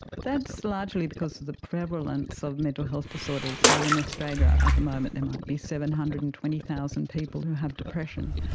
that's largely because of the prevalence of mental health disorders. so in australia at the moment there might be seven hundred and twenty thousand people who have depression,